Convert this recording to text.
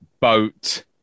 boat